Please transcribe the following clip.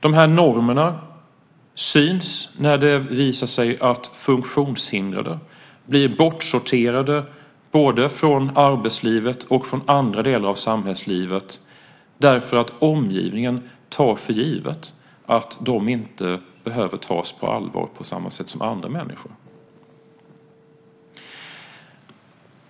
De här normerna syns när det visar sig att funktionshindrade blir bortsorterade både från arbetslivet och från andra delar av samhällslivet, därför att omgivningen tar för givet att de inte behöver tas på allvar på samma sätt som andra människor.